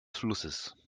flusses